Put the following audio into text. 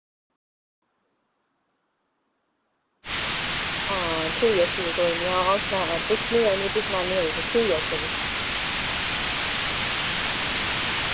हां ठीक ऐ ठीक ऐ कोई नि अऊं पुच्छनी आं उ'नें फ्ही सनान्नी आं तुसें ठीक ऐ अच्छा फ्ही